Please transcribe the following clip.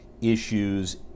issues